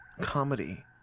comedy